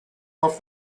off